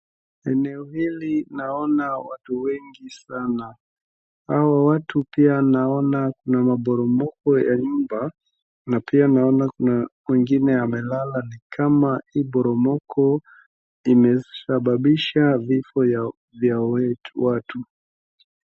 Eneo hili naona watu wengi sana hawa watu pia naona ni maporomoko ya nyumba na pia naona kuna kwingine amelala ni kama hii poromoko imesababisha vifo vya watu